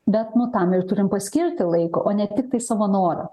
bet nu tam ir turim paskirti laiko o ne tiktai savo norą